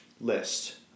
list